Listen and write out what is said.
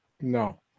No